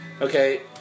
Okay